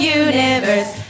universe